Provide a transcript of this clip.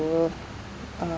to uh